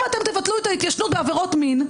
אם אתם תבטלו את ההתיישנות בעבירות מין,